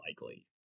likely